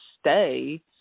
stay